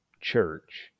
church